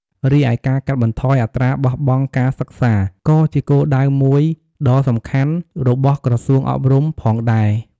រីឯការកាត់បន្ថយអត្រាបោះបង់ការសិក្សា ក៏ជាគោលដៅមួយដ៏សំខាន់របស់ក្រសួងអប់រំផងដែរ។